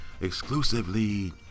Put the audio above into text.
exclusively